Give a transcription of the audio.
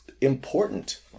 important